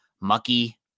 mucky